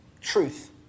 truth